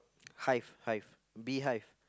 hive hive beehive